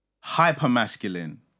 hyper-masculine